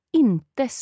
inte